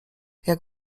jak